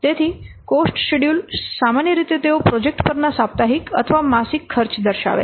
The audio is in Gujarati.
તેથી કોસ્ટ શેડ્યૂલ સામાન્ય રીતે તેઓ પ્રોજેક્ટ પરના સાપ્તાહિક અથવા માસિક ખર્ચ દર્શાવે છે